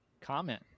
comment